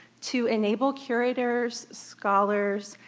to enable curators, scholars,